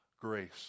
grace